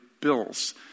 bills